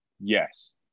Yes